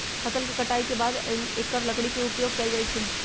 फ़सल के कटाई के बाद एकर लकड़ी के उपयोग कैल जाइ छइ